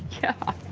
yeah.